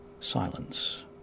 Silence